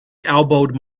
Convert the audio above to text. elbowed